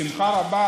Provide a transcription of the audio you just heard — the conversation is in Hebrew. בשמחה רבה.